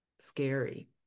scary